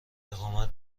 اقامت